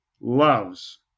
loves